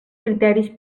criteris